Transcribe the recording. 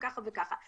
וככה וככה.